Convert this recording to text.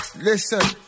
Listen